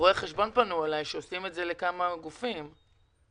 רואי חשבון שעושים את זה לכמה גופים פנו אליי.